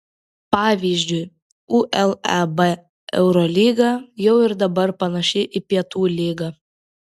pavyzdžiui uleb eurolyga jau ir dabar panaši į pietų lygą